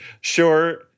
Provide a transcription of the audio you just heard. Sure